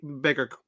bigger